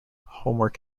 homework